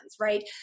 Right